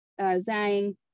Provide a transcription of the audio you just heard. Zhang